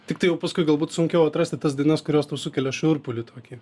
tiktai jau paskui galbūt sunkiau atrasti tas dainas kurios tau sukelia šiurpulį tokį